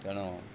ତେଣୁ